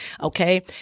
Okay